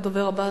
הדובר הבא,